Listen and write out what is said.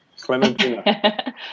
clementina